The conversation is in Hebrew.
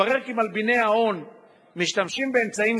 התברר כי מלביני ההון משתמשים באמצעים